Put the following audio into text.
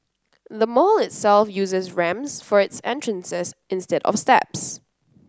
the mall itself uses ramps for its entrances instead of steps